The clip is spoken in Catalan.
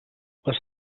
les